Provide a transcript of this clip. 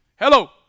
Hello